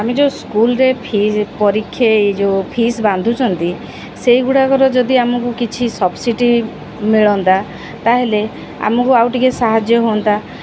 ଆମେ ଯେଉଁ ସ୍କୁଲରେ ଫି ପରୀକ୍ଷା ଯୋଉ ଫିଜ ବାନ୍ଧୁଛନ୍ତି ସେଇଗୁଡ଼ାକର ଯଦି ଆମକୁ କିଛି ସବସିଡ଼ି ମିଳନ୍ତା ତାହେଲେ ଆମକୁ ଆଉ ଟିକେ ସାହାଯ୍ୟ ହୁଅନ୍ତା